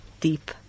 deep